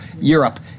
Europe